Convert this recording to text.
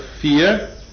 fear